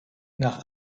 nach